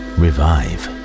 revive